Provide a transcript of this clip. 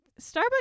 Starbucks